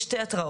יש שתי התראות.